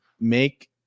Make